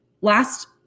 last –